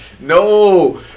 no